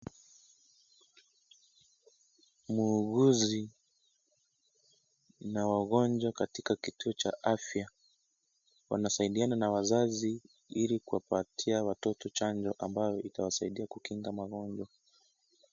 Mhuguzi na wagonjwa katika kituo cha afya. Wanasaidiana na wazazi Ili kuwapatia watoto chanjo ambayo itawasaidia kukinga magonjwa.